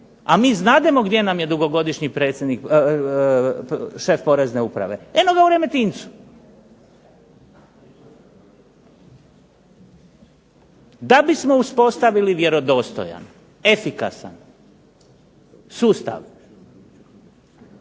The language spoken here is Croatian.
A mi znademo gdje nam je dugogodišnji šef Porezne uprave. Eno ga u Remetincu! Da bismo uspostavili vjerodostojan, efikasan sustav